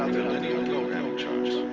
linear programming charts,